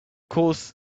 course